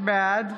בעד